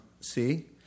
See